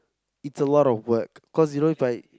it's a lot of work because you know If I